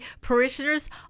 parishioners